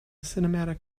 cinematic